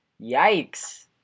yikes